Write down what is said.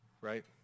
right